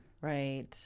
Right